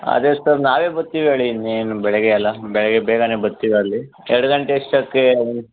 ಅದೇ ಸರ್ ನಾವೇ ಬತ್ತೀವಿ ಹೇಳಿ ಇನ್ನೇನು ಬೆಳಿಗ್ಗೆ ಎಲ್ಲ ಬೆಳಿಗ್ಗೆ ಬೇಗನೆ ಬತ್ತೀವಿ ಅಲ್ಲಿ ಎರಡು ಗಂಟೆ ಅಷ್ಟಕ್ಕೇ